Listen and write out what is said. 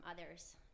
others